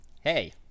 Hey